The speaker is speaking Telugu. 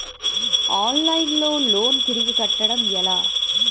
ఆన్లైన్ లో లోన్ తిరిగి కట్టడం ఎలా?